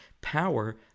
Power